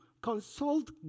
consult